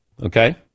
Okay